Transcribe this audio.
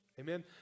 Amen